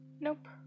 Nope